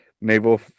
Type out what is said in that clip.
naval